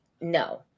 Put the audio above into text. no